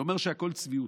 זה אומר שהכול צביעות.